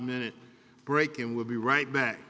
minute break and we'll be right back